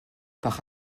par